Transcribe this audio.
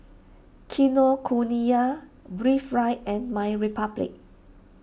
Kinokuniya Breathe Right and MyRepublic